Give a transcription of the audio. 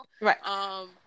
right